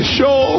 show